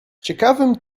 ciekawym